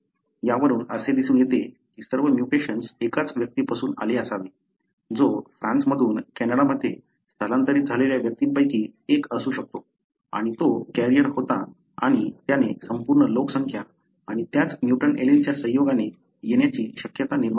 यावरून असे दिसून येते की सर्व म्युटेशन्स एकाच व्यक्तीपासून झाले असावे जो फ्रान्समधून कॅनडामध्ये स्थलांतरित झालेल्या व्यक्तींपैकी एक असू शकतो आणि तो एक कॅरियर होता आणि त्याने संपूर्ण लोकसंख्या आणि त्याच म्युटंट एलीलच्या संयोगाने येण्याची शक्यता निर्माण केली होती